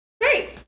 great